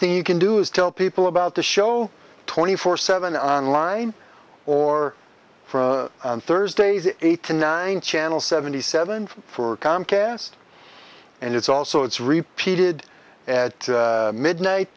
thing you can do is tell people about the show twenty four seven on line or from thursday's eight to nine channel seventy seven for comcast and it's also it's repeated at midnight